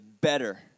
better